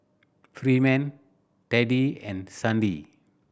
Freeman Teddy and Sandi